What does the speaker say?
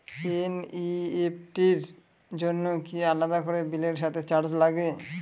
NEFT র জন্য কি আলাদা করে বিলের সাথে চার্জ লাগে?